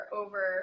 over